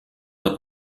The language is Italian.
una